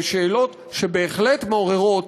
ושאלות שבהחלט מעוררות